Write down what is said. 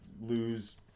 lose